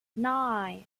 nine